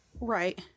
Right